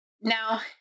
Now